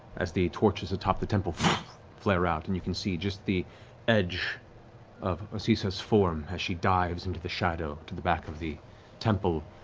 as the torches atop the temple flare out and you can see the edge of osysa's form as she dives into the shadow to the back of the temple.